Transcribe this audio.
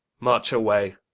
march away.